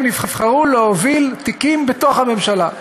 הם נבחרו להוביל תיקים בתוך הממשלה.